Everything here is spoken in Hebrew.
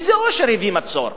איזה אושר הביא מצור?